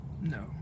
no